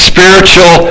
Spiritual